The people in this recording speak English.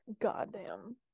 Goddamn